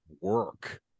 work